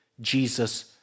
Jesus